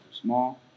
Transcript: small